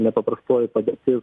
nepaprastoji padėtis